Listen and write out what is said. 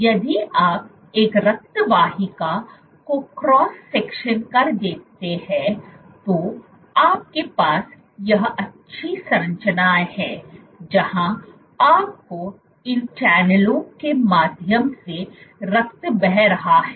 यदि आप एक रक्त वाहिका के क्रॉस सेक्शन को देखते हैं तो आपके पास यह अच्छी संरचना है जहां आपको इन चैनलों के माध्यम से रक्त बह रहा है